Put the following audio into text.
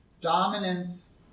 dominance